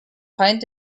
feind